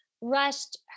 rushed